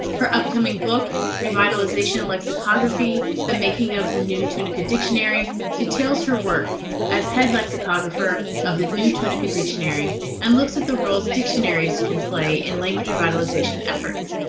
her upcoming book revitalization lexicography the making of the new tunica dictionary details her work as head lexicographer of the new tunica dictionary and looks at the roles dictionaries can play in language revitalization efforts.